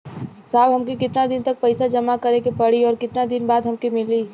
साहब हमके कितना दिन तक पैसा जमा करे के पड़ी और कितना दिन बाद हमके मिली?